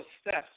steps